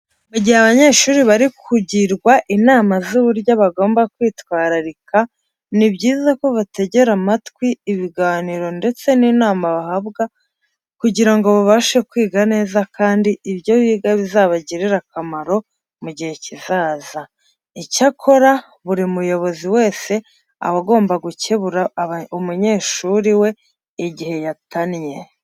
Mu gihe abanyeshuri bari kugirwa inama z'uburyo bagomba kwitwararika, ni byiza ko bategera amatwi ibiganiro ndetse n'inama bahabwa kugira ngo babashe kwiga neza kandi ibyo biga bizabagirire akamaro mu gihe kizaza. Icyakora buri muyobozi wese aba agomba gukebura umunyeshuri we igihe yatannye.